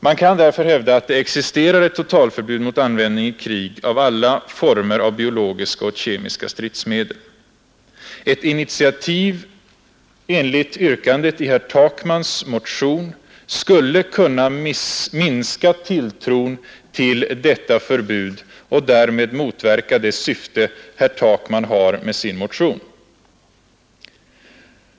Man kan därför nu hävda att det existerar ett totalförbud mot användning i krig av alla former av biologiska och kemiska stridsmedel. Ett initiativ enligt yrkandet i herr Takmans motion skulle kunna minska tilltron till detta förbud och därmed motverka det syfte herr Takman har med sin motion.